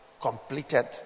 completed